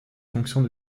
fonctions